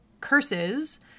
curses